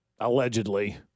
Allegedly